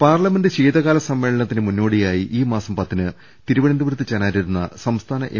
parliament ശീതകാല സമ്മേളനത്തിന് മുന്നോടിയായി ഈ മാസം പത്തിന് തിരുവനന്തപുരത്ത് ചേരാനിരുന്ന സംസ്ഥാന എം